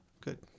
good